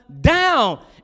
down